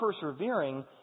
persevering